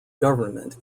government